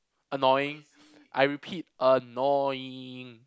annoying I repeat annoying